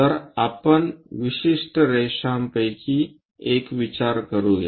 तर आपण विशिष्ट रेषापैकी एक विचार करूया